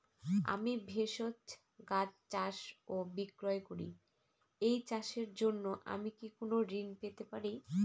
আমি ভেষজ গাছ চাষ ও বিক্রয় করি এই চাষের জন্য আমি কি কোন ঋণ পেতে পারি?